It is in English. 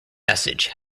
message